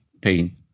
pain